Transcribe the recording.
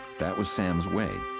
that was sam's way.